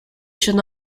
should